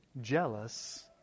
Jealous